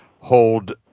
hold